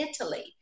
Italy